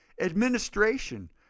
administration